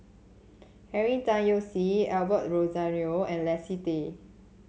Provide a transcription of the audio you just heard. Henry Tan Yoke See Osbert Rozario and Leslie Tay